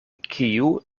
kiu